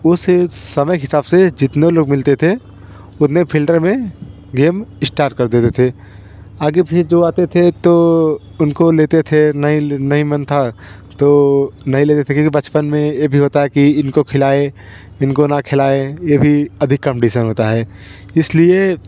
उस समय के हिसाब से जीतने लोग मिलते थे उतने फील्टर में गेम इस्टार्ट कर देते थे आगे फिर जो आते थे तो उनको लेते थे नहीं नहीं मन था तो नहीं लेते थे क्योंकि बचपन में ये भी होता है कि इनको खिलाएं इनको ना खिलाएं ये भी अधिक कंदिसन होता है इस लिए